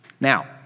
Now